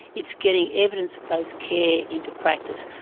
it's getting evidence-based care into practice.